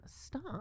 Stop